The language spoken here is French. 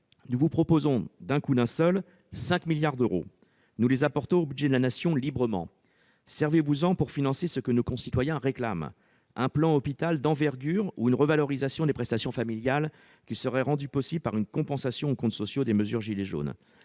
de récupérer d'un coup d'un seul 5 milliards d'euros. Nous les apportons librement au budget de la Nation. Servez-vous-en pour financer ce que nos concitoyens réclament ! Un plan Hôpital d'envergure, une revalorisation des prestations familiales qui serait rendue possible par une compensation aux comptes sociaux des mesures visant